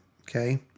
okay